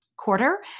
quarter